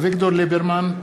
אביגדור ליברמן,